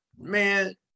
man